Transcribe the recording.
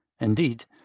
indeed